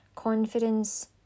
confidence